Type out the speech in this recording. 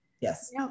Yes